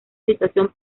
situación